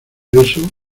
eso